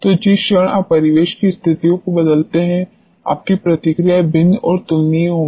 तो जिस क्षण आप परिवेश की स्थितियों को बदलते हैं आपकी प्रतिक्रियाएं भिन्न और तुलनीय होंगी